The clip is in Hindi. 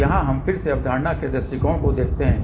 तो यहां हम फिर से अवधारणा के दृष्टिकोण को देखते हैं